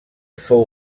fou